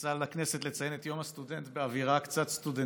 יצא לכנסת לציין את יום הסטודנט באווירה קצת סטודנטיאלית,